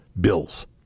bills